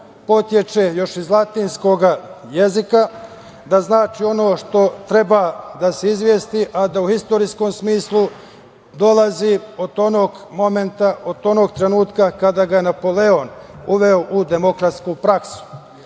potiče još iz latinskog jezika, da znači ono što treba da se izvesti, a da u istorijskom smislu dolazi od onog momenta, od onog trenutka kada ga je Napoleon uveo u demokratsku praksu. Dakle,